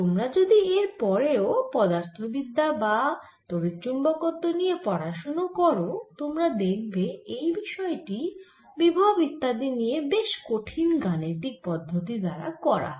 তোমরা যদি এর পরেও পদার্থবিদ্যা বা তড়িৎচুম্বকত্ব নিয়ে পড়াশুনো করো তোমরা দেখবে এই বিষয় টি বিভব ইত্যাদি নিয়ে বেশ কঠিন গাণিতিক পদ্ধতি দ্বারা করা হয়